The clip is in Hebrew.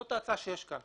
זו ההצעה שיש כאן.